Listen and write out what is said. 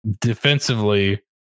defensively